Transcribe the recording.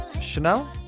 Chanel